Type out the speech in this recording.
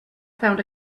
found